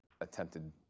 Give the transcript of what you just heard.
attempted